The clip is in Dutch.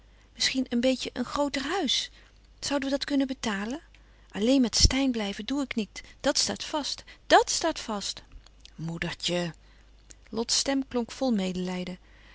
misschien een beetje een grooter huis zouden we dat kunnen betalen alleen met steyn blijven doe ik niet dat staat vast dàt staat vast moedertje lots stem klonk vol medelijden